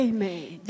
Amen